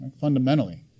fundamentally